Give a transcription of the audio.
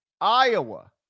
Iowa